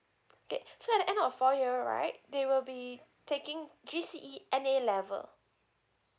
okay so at the end of four year right they will be taking G_C_E N_A level